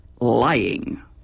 lying